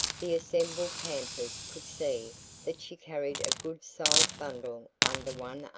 the assembled campers could see that she carried a good-sized bundle under one